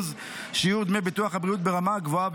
שיעור דמי ביטוח הבריאות ברמה הגבוהה,